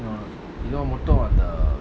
you know மட்டும்அந்த:mattum andha